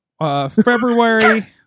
February